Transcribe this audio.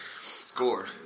Score